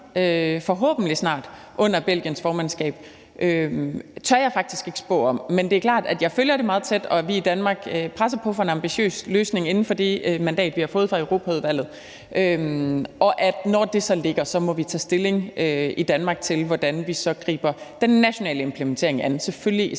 forhåbentlig snart ender under Belgiens formandskab, tør jeg faktisk ikke spå om. Men det er klart, at jeg følger det meget tæt, og at vi i Danmark presser på for en ambitiøs løsning inden for det mandat, vi har fået fra Europaudvalget, og at vi, når det så ligger, så i Danmark må tage stilling til, hvordan vi griber den nationale implementering an, selvfølgelig i